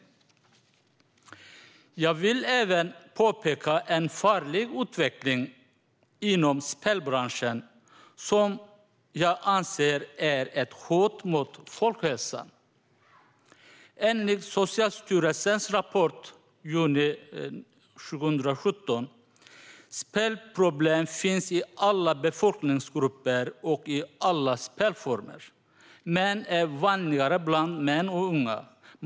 Jag vill även påpeka en farlig utveckling inom spelbranschen, som jag anser är ett hot mot folkhälsan. Enligt Socialstyrelsens rapport från juni 2017 finns spelproblem i alla befolkningsgrupper och i alla spelformer, men det är vanligare bland män och unga.